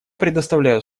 предоставляю